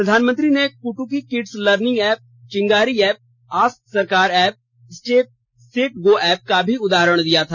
प्रधानमंत्री ने क्ट्की kids learning app Chingari app ask Sarkar app step set go app का भी उदाहरण दिया था